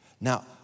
Now